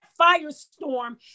firestorm